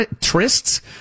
trysts